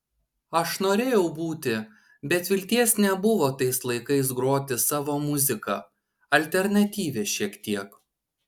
aš norėjau būti bet vilties nebuvo tais laikais groti savo muziką alternatyvią šiek tiek